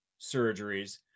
surgeries